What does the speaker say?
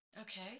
Okay